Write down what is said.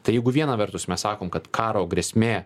tai jeigu viena vertus mes sakom kad karo grėsmė